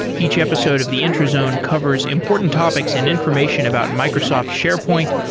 each episode of the intrazone covers important topics and information about microsoft sharepoint,